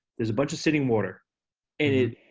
there's a bunch of sitting water, and it,